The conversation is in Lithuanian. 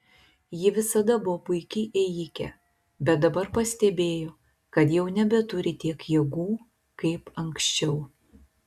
ji visada buvo puiki ėjike bet dabar pastebėjo kad jau nebeturi tiek jėgų kaip anksčiau